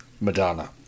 Madonna